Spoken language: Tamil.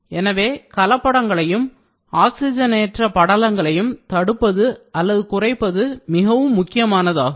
எனவே கலப்படங்களையும் ஆக்ஸிஜனேற்ற படலங்களையும் தடுப்பது அல்லது குறைப்பது மிகவும் முக்கியமானதாகும்